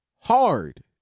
hard